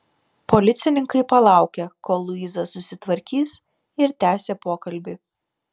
policininkai palaukė kol luiza susitvarkys ir tęsė pokalbį